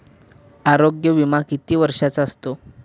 आरोग्य विमा किती वर्षांचा असतो?